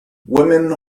women